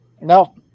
No